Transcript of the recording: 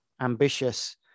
ambitious